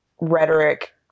rhetoric